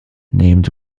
named